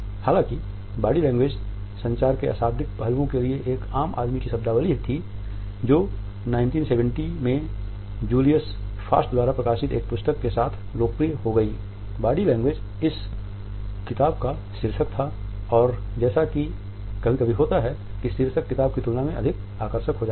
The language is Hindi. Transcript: हालाँकि बॉडी लैंग्वेज' संचार के अशाब्दिक पहलुओं के लिए एक आम आदमी की शब्दावली थी जो 1970 में जूलियस फ़ास्ट द्वारा प्रकाशित एक पुस्तक साथ लोकप्रिय होबॉडी लैंग्वेज इस किताब का शीर्षक था और जैसा कि कभी कभी होता है कि शीर्षक किताब की तुलना में अधिक आकर्षक हो जाता है